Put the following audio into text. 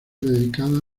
dedicada